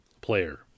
player